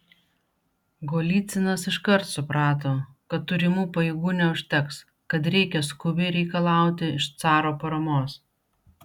golycinas iškart suprato kad turimų pajėgų neužteks kad reikia skubiai reikalauti iš caro paramos